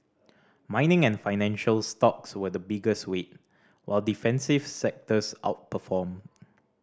mining and financial stocks were the biggest weight while defensive sectors outperformed